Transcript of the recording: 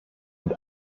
und